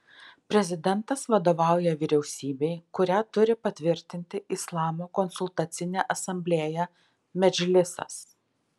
prezidentas vadovauja vyriausybei kurią turi patvirtinti islamo konsultacinė asamblėja medžlisas